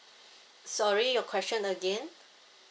sorry your question again